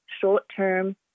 short-term